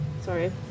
Sorry